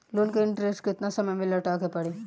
Loan के interest केतना समय में लौटावे के पड़ी?